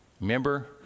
Remember